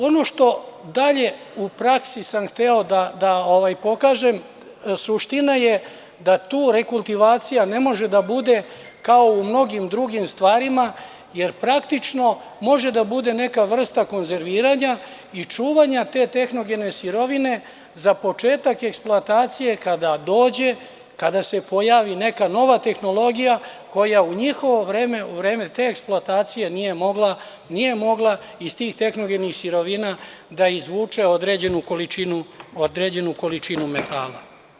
Ono što sam dalje u praksi hteo da pokažem, suština je da tu rekultivacija ne može da bude kao u mnogim drugim stvarima jer praktično može da bude neka vrsta konzerviranja i čuvanja te tehnogene sirovine za početak eksploatacije kada dođe, kada se pojavi neka nova tehnologija koja u njihovo vreme, u vreme te eksploatacije nije mogla iz tih tehnogenih sirovina da izvuče određenu količinu metala.